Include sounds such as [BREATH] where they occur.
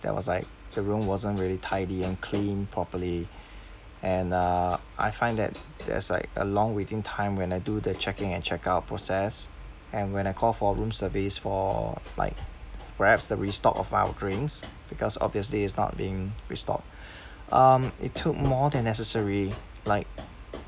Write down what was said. there was like the room wasn't really tidy and cleaned properly [BREATH] and uh I find that there's like a long waiting time when I do the check in and check out process and when I call for room service for like perhaps the restock of our drinks because obviously it's not being restocked [BREATH] um it took more than necessary like